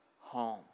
home